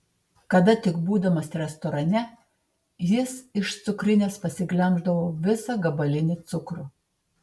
kada tik būdamas restorane jis iš cukrinės pasiglemždavo visą gabalinį cukrų